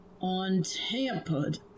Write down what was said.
untampered